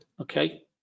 okay